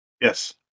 Yes